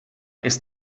ist